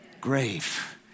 Grave